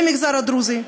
במגזר הדרוזי,